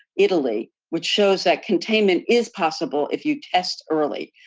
italy, which shows that containment is possible if you test early.